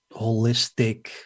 holistic